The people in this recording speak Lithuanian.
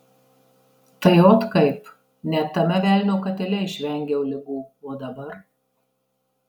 tai ot kaip net tame velnio katile išvengiau ligų o dabar